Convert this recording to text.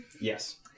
Yes